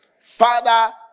Father